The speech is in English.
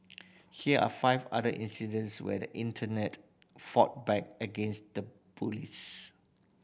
here are five other incidents where the Internet fought back against the bullies